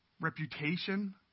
reputation